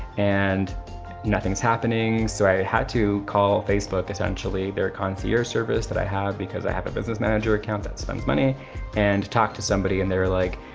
and nothing's happening. so i had to call facebook, essentially, their concierge service that i have, because i have a business manager account that spends money and talked to somebody and they're like,